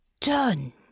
done